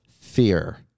fear